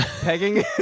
Pegging